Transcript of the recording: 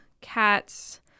cats